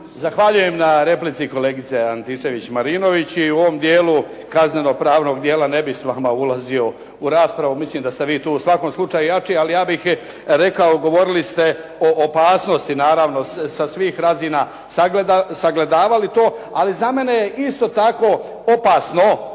Zahvaljujem na replici kolegice Antičević-Marinović i u ovom dijelu kazneno-pravnog dijela ne bih s vama ulazio u raspravu. Mislim da ste vi u svakom slučaju jači. Ali ja bih rekao, govorili ste o opasnosti naravno sa svih razina sagledavali to. Ali za mene je isto opasno